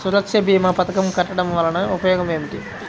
సురక్ష భీమా పథకం కట్టడం వలన ఉపయోగం ఏమిటి?